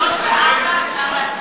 3 ו-4 אפשר להסיר.